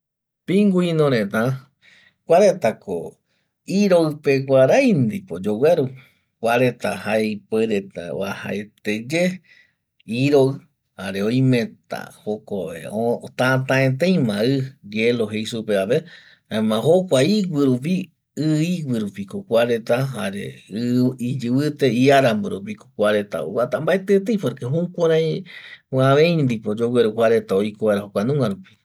Pingüino reta kuaereta ko iropeguarai ndipo yogueru kuareta jae ipuereta uajete ya eiroi jaema oimeta jokope tata etei ma i hielo jeisupe vape jaema jokua ivigui rupi i igui rupiko kua reta jare i iyivite iarambo rupiko kua reta oguata mbaetietei porque jukurai avaei ndipo yogueru kua reta oiko vaera kua nunga rupi